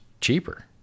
cheaper